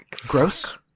Gross